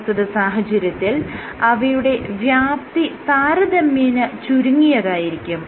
പ്രസ്തുത സാഹചര്യത്തിൽ അവയുടെ വ്യാപ്തി താരതമ്യേന ചുരുങ്ങിയതായിരിക്കും